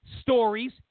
stories